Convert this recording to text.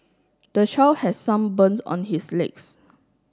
the child has some burns on his legs